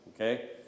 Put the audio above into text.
okay